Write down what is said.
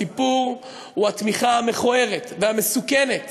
הסיפור הוא התמיכה המכוערת והמסוכנת